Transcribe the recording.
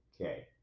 Okay